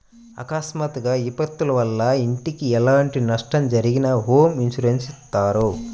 అకస్మాత్తుగా విపత్తుల వల్ల ఇంటికి ఎలాంటి నష్టం జరిగినా హోమ్ ఇన్సూరెన్స్ ఇత్తారు